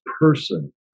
person